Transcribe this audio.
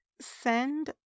send